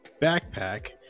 backpack